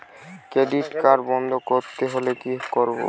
Credit card বন্ধ করতে হলে কি করব?